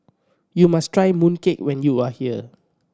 you must try mooncake when you are here